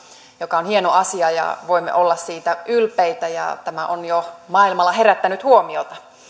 joka on hieno asia ja voimme olla siitä ylpeitä ja tämä on jo maailmalla herättänyt huomiota